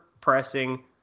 pressing